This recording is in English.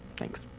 thanks.